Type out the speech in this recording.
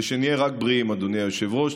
ושנהיה רק בריאים, אדוני היושב-ראש.